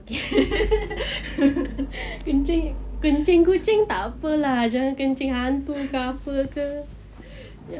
kenci~ kencing kucing tak apa lah jangan kencing hantu ke apa ke